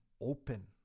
open